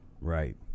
Right